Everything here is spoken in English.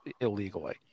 illegally